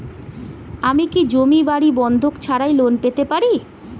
আমি কি জমি বাড়ি বন্ধক ছাড়াই লোন পেতে পারি?